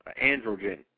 androgen